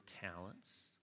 talents